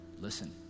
listen